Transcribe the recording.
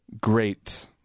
great